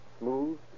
smooth